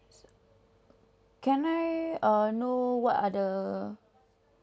can I uh know what are the